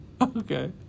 Okay